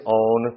own